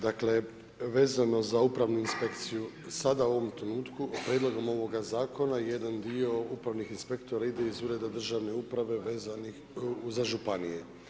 Dakle vezano za Upravnu inspekciju sada u ovom trenutku prijedlogom ovog zakona jedan dio upravnih inspektora ide iz ureda državne uprave vezanih za županije.